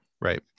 Right